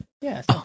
Yes